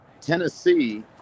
Tennessee